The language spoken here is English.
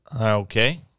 okay